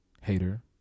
hater